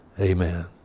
Amen